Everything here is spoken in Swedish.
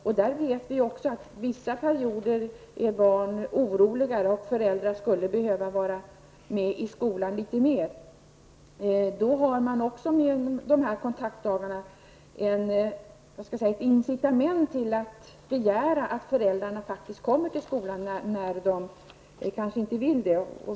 Vi vet i skolan att barnen under vissa perioder är oroligare än annars och att föräldrarna då skulle behöva vara med i skolan litet mer. Kontaktdagarna ger då ett incitament att begära att föräldrarna faktiskt kommer till skolan, även om de egentligen inte vill det.